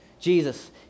Jesus